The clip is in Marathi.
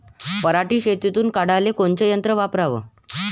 पराटी शेतातुन काढाले कोनचं यंत्र वापराव?